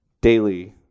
daily